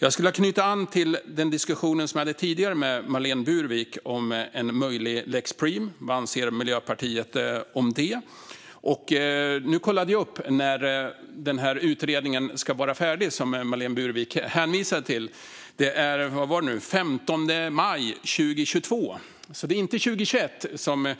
Jag skulle vilja knyta an till diskussionen som jag hade tidigare med Marlene Burwick om en möjlig lex Preem. Vad anser Miljöpartiet om det? Nu kollade jag upp när utredningen som Marlene Burwick hänvisade till ska vara färdig. Det är den 15 maj 2022. Det är alltså inte 2021, som